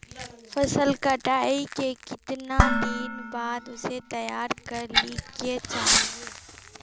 फसल कटाई के कीतना दिन बाद उसे तैयार कर ली के चाहिए?